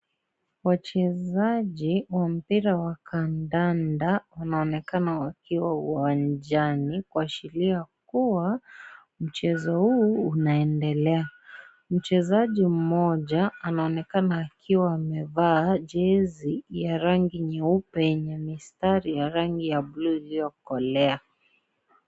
Wachezaji wa mpira wa kandanda, wanaonekana wakiwa uwanjani kuashiria kuwa mchezo huu unaendelea. Mchezaji mmoja anaonekana akiwa amevaa jezi ya rangi nyeupe yenye mistari ya rangi ya bluu iliyokolea.